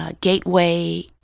gateway